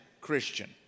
Christian